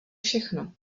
všechno